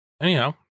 anyhow